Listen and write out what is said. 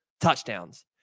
touchdowns